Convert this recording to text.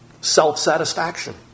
self-satisfaction